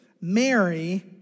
Mary